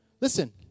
Listen